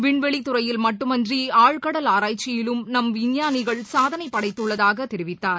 விண்வெளி துறையில் மட்டுமின்றி ஆழ்கடல் ஆராய்ச்சியிலும் நம் விஞ்ஞானிகள் சாதனை படைத்துள்ளதாக தெரிவித்தார்